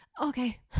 Okay